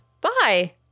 Bye